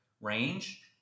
range